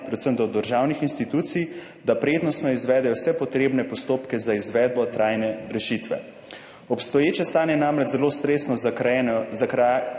predvsem do državnih institucij, da prednostno izvedejo vse potrebne postopke za izvedbo trajne rešitve. Obstoječe stanje je namreč zelo stresno za krajane ob cesti.